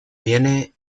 viene